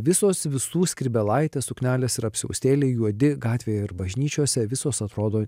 visos visų skrybėlaitės suknelės ir apsiaustėliai juodi gatvėje ir bažnyčiose visos atrodo